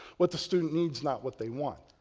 what the student needs not what they want.